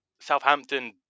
Southampton